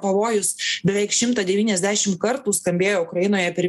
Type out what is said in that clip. pavojus beveik šimtą devyniasdešim kartų skambėjo ukrainoje per